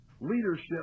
leadership